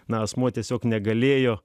na asmuo tiesiog negalėjo